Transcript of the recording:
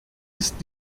ist